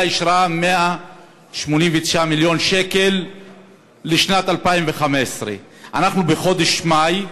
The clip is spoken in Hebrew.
אישרה 189 מיליון שקל לשנת 2015. אנחנו בחודש מאי,